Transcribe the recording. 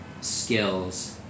skills